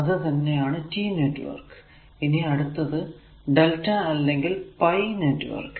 അത് തന്നെ ആണ് T നെറ്റ്വർക്ക് ഇനി അടുത്ത് Δ അല്ലെങ്കിൽ പൈ നെറ്റ്വർക്ക്